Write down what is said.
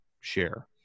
share